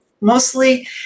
mostly